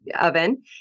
oven